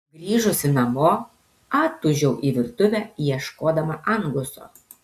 grįžusi namo atūžiau į virtuvę ieškodama anguso